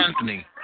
Anthony